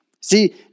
See